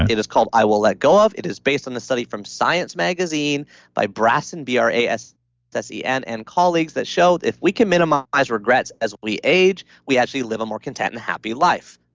it is called i will let go of. it is based on the study from science magazine by brassen, b r a s s e n, and colleagues that showed, if we can minimize regrets as we age, we actually live a more content and happy life.